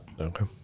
Okay